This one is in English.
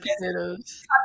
potatoes